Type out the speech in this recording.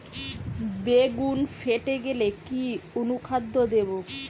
বেগুন ফেটে গেলে কি অনুখাদ্য দেবো?